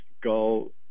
go